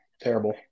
terrible